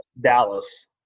Dallas